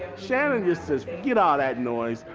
shannon just says, forget all that noise.